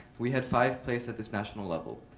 we had five place at this national level.